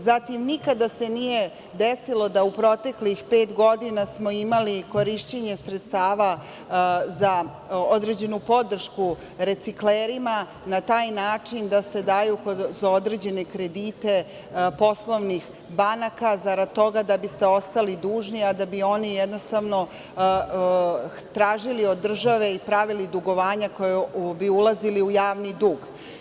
Nikada se nije desilo da u proteklih pet godina smo imali korišćenje sredstava za određenu podršku reciklerima na taj način da se daju za određene kredite poslovnih banaka, zarad toga da biste ostali dužni, a da bi oni jednostavno tražili od države i pravili dugovanja koja bi ulazila u javni dug.